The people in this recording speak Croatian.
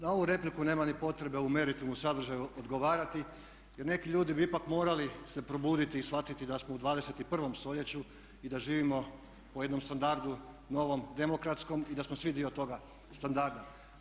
Na ovu repliku nema ni potrebe u meritumu i sadržaju odgovarati jer neki ljudi bi ipak morali se probuditi i shvatiti da smo u 21. stoljeću i da živimo u jednom standardu novom demokratskom i da smo svi dio toga standarda.